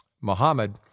Muhammad